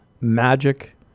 magic